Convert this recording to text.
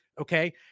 Okay